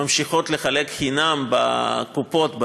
ממשיכות לחלק חינם בקופות,